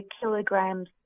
kilograms